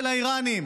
של האיראנים,